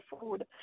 food